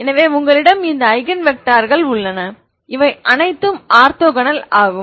எனவே உங்களிடம் இந்த ஐகன் வெக்டார்கள் உள்ளன அவை அனைத்தும் ஆர்த்தோகனல் ஆகும்